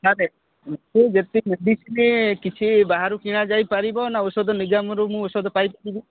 ସାର ଏଠୁ ଯେତିକି ମେଡ଼ିସିନ କିଛି ବାହାରୁ କିଣାଯାଇପାରିବ ନା ଔଷଧ ମୁଁ ଔଷଧ ପାଇପାରିବି